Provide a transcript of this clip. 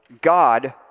God